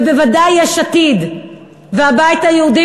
ובוודאי יש עתיד והבית היהודי,